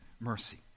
mercy